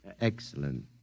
Excellent